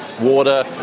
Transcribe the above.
water